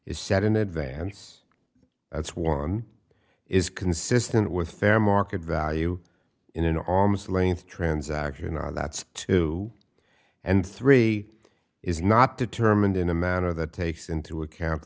is set in advance that's one is consistent with fair market value in an almost length transaction that's two and three is not determined in a manner that takes into account